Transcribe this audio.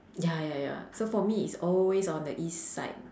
ya ya ya so for me it's always on the east side